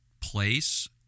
place